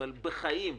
אבל בחיים,